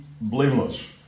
blameless